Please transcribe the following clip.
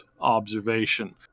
observation